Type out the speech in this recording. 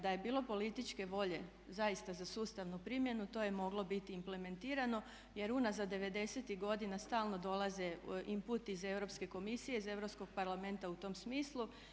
Da je bilo političke volje zaista za sustavnu primjenu to je moglo biti implementirano jer unazad '90-ih godina stalno dolaze inputi iz Europske komisije, iz Europskog parlamenta u tom smislu.